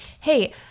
hey